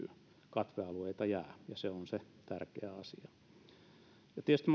katvealueita jää ja se on se tärkeä asia tietysti